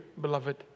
beloved